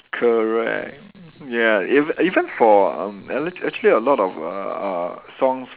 correct ya ev~ even for um a~ actually a lot of uh uh songs